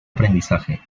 aprendizaje